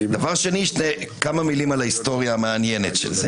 דבר שני, כמה מילים על ההיסטוריה המעניינת של זה.